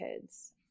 kids